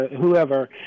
whoever